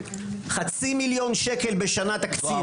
בחלוקה הבאה, חצי מיליון שקל בשנה תקציב